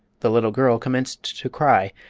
the little girl commenced to cry,